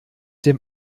dem